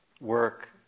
work